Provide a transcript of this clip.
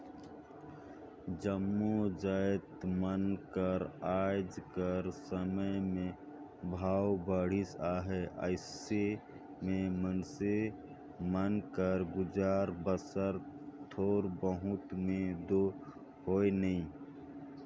जम्मो जाएत मन कर आएज कर समे में भाव बढ़िस अहे अइसे में मइनसे मन कर गुजर बसर थोर बहुत में दो होए नई